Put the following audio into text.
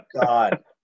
god